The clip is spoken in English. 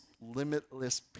limitless